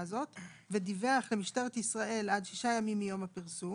ודיווח למשטרת ישראל עד 6 ימים מיום הפרסום